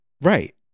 right